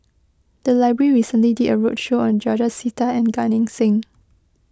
the library recently did a roadshow on George Sita and Gan Eng Seng